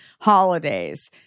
holidays